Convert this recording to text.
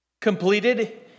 completed